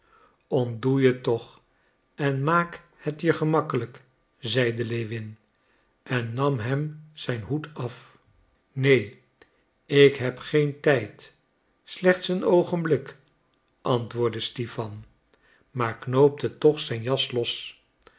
ontdoe je toch en maak het je gemakkelijk zeide lewin en nam hem zijn hoed af neen ik heb geen tijd slechts een oogenblik antwoordde stipan maar knoopte toch zijn jas los